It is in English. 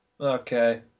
Okay